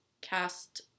cast